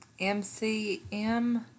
MCM